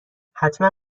حتما